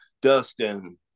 Dustin